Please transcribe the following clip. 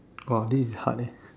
!wah! this is hard eh